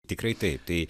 tikrai taip tai